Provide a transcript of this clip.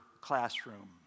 classroom